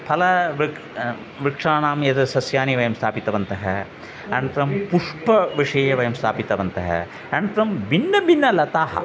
फलवृक्षाणाम् एतत् सस्यानि वयं स्थापितवन्तः अनन्तरं पुष्पविषये वयं स्थापितवन्तः अनन्तरं भिन्नभिन्नाः लताः